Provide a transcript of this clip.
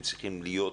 הם צריכים להיות